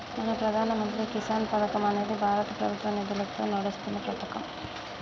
మన ప్రధాన మంత్రి కిసాన్ పథకం అనేది భారత ప్రభుత్వ నిధులతో నడుస్తున్న పతకం